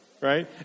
Right